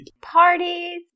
Parties